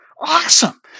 Awesome